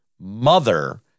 mother